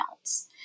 else